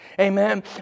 Amen